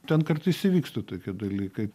ten kartais įvyksta tokie dalykai